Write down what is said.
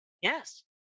yes